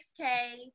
6K